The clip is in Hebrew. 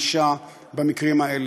והענישה במקרים האלה.